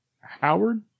Howard